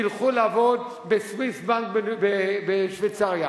ילכו לעבוד ב"סוויס בנק" בשוויצריה,